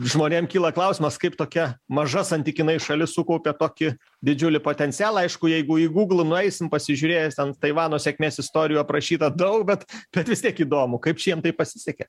žmonėm kyla klausimas kaip tokia maža santykinai šalis sukaupė tokį didžiulį potencialą aišku jeigu į gūglą nueisim pasižiūrėjęs ten taivano sėkmės istorijų aprašyta daug bet kad vis tiek įdomu kaip čia jiem taip pasisekė